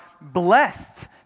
blessed